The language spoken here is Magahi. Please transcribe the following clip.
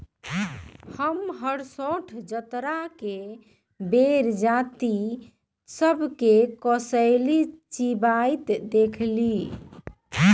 हम हरसठ्ठो जतरा के बेर जात्रि सभ के कसेली चिबाइत देखइलइ